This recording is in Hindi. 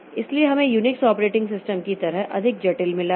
इसलिए हमें यूनिक्स ऑपरेटिंग सिस्टम की तरह अधिक जटिल मिला है